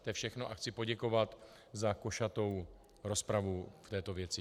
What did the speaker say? To je všechno a chci poděkovat za košatou rozpravu v této věci.